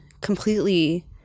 completely